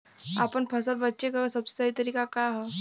आपन फसल बेचे क सबसे सही तरीका का ह?